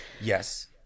Yes